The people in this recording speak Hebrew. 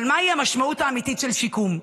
אבל מהי המשמעות האמיתית של שיקום?